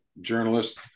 journalist